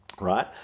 right